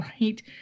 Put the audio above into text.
Right